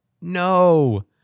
No